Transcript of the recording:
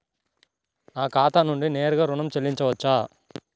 నా ఖాతా నుండి నేరుగా ఋణం చెల్లించవచ్చా?